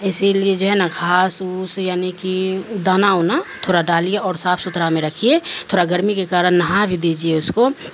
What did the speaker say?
اسی لیے جو ہے نا کھاص اسوس یعنی کہ دانا ہونا تھوڑا ڈالیے اور صاف ستھرا میں رکھیے تھوڑا گرمی کے کارن نہا بھی دیجیے اس کو